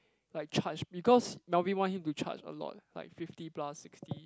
like charge because Melvin want him to charge a lot like fifty plus sixty